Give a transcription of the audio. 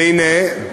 והנה,